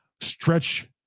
Stretch